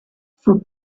for